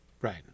Right